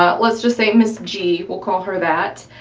ah let's just say ms. g, we'll call her that,